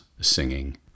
singing